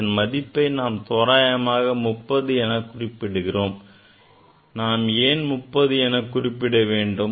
இதன் மதிப்பை நாம் தோராயமாக 30 எனக் குறிப்பிடுகிறோம் நாம் ஏன் 30 எனக் குறிப்பிட வேண்டும்